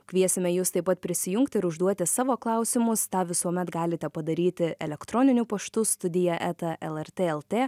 kviesime jus taip pat prisijungti ir užduoti savo klausimus tą visuomet galite padaryti elektroniniu paštu studija eta lrt lt